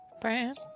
brand